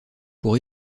pour